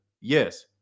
Yes